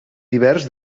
divers